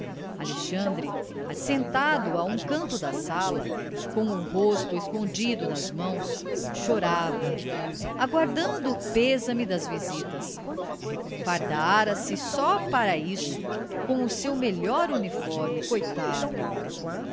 alexandre assentado a um canto da sala com o rosto escondido nas mãos chorava aguardando o pêsame das visitas fardara se só para isso com o seu melhor uniforme coitado